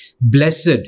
Blessed